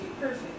perfect